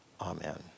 Amen